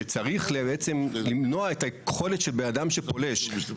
שצריך בעצם למנוע את היכולת של אדם שפולש,